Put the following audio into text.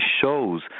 shows